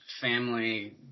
family